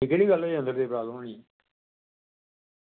एह् केह्ड़ी गल्ल होई अंदर दी प्राब्लम होनी ऐ